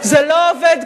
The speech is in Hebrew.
מה עם,